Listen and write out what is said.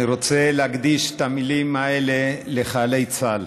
אני רוצה להקדיש את המילים האלה לחיילי צה"ל,